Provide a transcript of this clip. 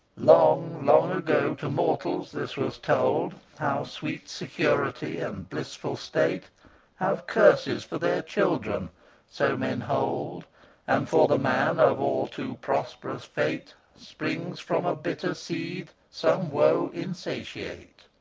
long, long ago to mortals this was told, how sweet security and blissful state have curses for their children so men hold and for the man of all-too prosperous fate springs from a bitter seed some woe insatiate.